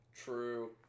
True